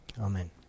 Amen